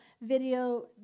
video